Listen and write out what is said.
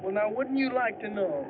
well now wouldn't you like to know